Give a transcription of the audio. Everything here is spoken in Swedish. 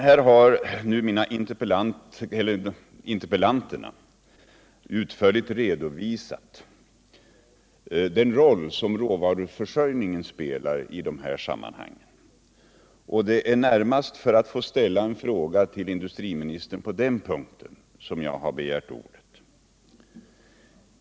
Här har nu interpellanterna utförligt redovisat den roll som råvaruförsörjningen spelar i det här sammanhanget. Det är närmast för att få ställa en fråga till industriministern på den punkten som jag begärt ordet.